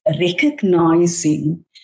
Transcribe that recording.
recognizing